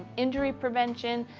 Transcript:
injury prevention,